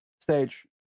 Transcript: stage